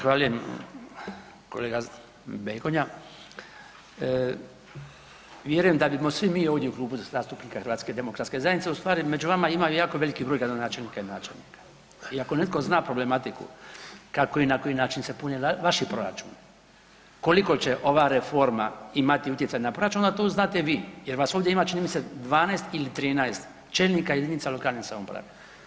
Zahvaljujem kolega Begonja, vjerujem da bimo svi mi ovdje u Klubu zastupnika HDZ-a u stvari među vama jako veliki broj gradonačelnika i načelnika i ako netko zna problematiku kako i na koji način se pune vaši proračuni koliko će ova reforma imati utjecaj na proračun onda to znate vi jer vas ovdje ima čini mi se 12 ili 13 čelnika jedinica lokalne samouprave.